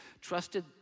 trusted